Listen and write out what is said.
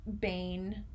Bane